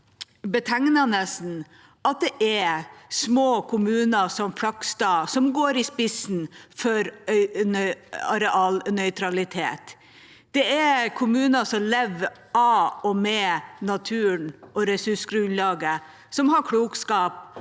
betegnende at det er små kommuner som Flakstad som går i spissen for arealnøytralitet. Det er kommuner som lever av og med naturen og ressursgrunnlaget, som har klokskap